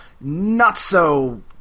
not-so-